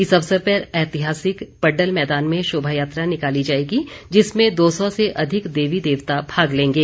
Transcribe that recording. इस अवसर पर ऐतिहासिक पड्डल मैदान में शोभा यात्रा निकाली जाएगी जिसमें दो सौ से अधिक देवी देवता भाग लेंगे